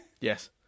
Yes